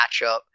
matchup